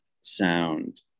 sound